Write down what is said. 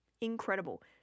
Incredible